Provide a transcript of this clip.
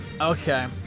Okay